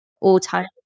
all-time